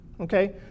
okay